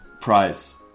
price